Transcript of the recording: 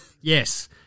yes